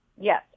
Yes